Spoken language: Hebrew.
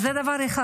זה דבר אחד.